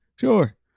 Sure